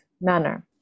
manner